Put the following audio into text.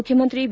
ಮುಖ್ಯಮಂತ್ರಿ ಬಿ